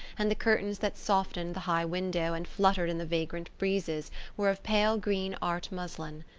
and the curtains that softened the high window and fluttered in the vagrant breezes were of pale-green art muslin.